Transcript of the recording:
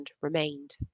remained